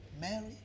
Mary